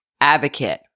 advocate